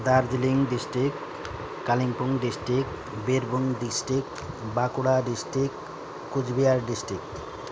Darjeeling district Kalimpong district Birbhum district Bankura district Cooch Behar district